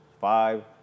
five